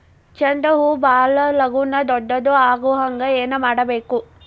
ಚಂಡ ಹೂ ಭಾಳ ಲಗೂನ ದೊಡ್ಡದು ಆಗುಹಂಗ್ ಏನ್ ಮಾಡ್ಬೇಕು?